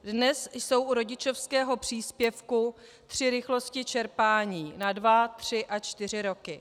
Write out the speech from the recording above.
Dnes jsou u rodičovského příspěvku při rychlosti čerpání na dva, tři a čtyři roky.